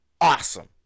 awesome